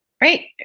Great